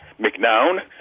McNown